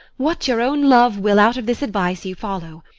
what your own love will out of this advise you, follow.